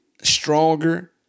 stronger